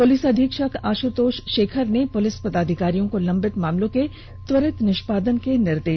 police अधीक्षक आशुतोष शेखर ने police पदाधिकारियों को लंबित मामलों के त्वरित निष्मादन के दिशा निर्देश दिए